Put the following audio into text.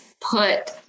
put